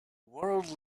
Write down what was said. world